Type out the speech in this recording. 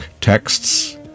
texts